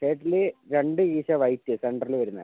ഷർട്ടില് രണ്ട് കീശ വൈറ്റ് സെൻറ്ററില് വരുന്നത്